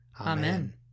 Amen